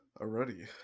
already